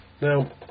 now